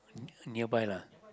nearby lah